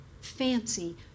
fancy